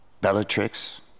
Bellatrix